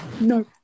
No